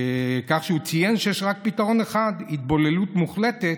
ומכך שהוא ציין רק פתרון אחד, התבוללות מוחלטת,